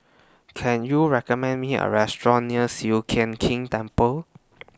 Can YOU recommend Me A Restaurant near King Temple